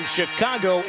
Chicago